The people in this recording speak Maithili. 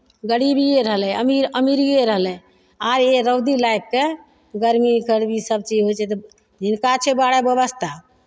गरीबिए रहलै अमीर अमीरिए रहलै आर ई रौदी लागि कऽ गरमी गरमी सभचीज होइ छै तऽ हिनका छै बड़ा व्यवस्था